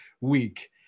week